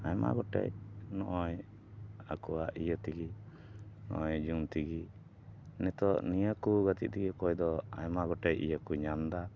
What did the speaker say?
ᱟᱭᱢᱟ ᱜᱚᱴᱮᱡ ᱱᱚᱜᱼᱚᱭ ᱟᱠᱚᱣᱟᱜ ᱤᱭᱟᱹ ᱛᱮᱜᱮ ᱱᱚᱜᱼᱚᱭ ᱡᱚᱝ ᱛᱮᱜᱮ ᱱᱤᱛᱳᱜ ᱱᱤᱭᱟᱹ ᱠᱚ ᱜᱟᱛᱮᱜ ᱛᱮᱜᱮ ᱚᱠᱚᱭ ᱫᱚ ᱟᱭᱢᱟ ᱜᱚᱴᱮᱡ ᱤᱭᱟᱹ ᱠᱚ ᱧᱟᱢᱫᱟ